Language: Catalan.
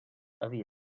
havia